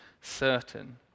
certain